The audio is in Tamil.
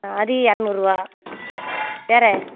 அது இரநூறுவா வேறு